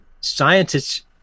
Scientists